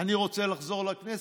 אני רוצה לחזור לכנסת.